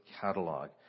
Catalog